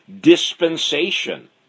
dispensation